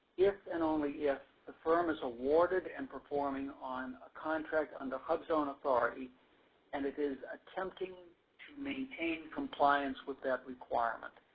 if and only if the firm is awarded and performing on a contract under hubzone authority and it is attempting to maintain compliance with that requirement.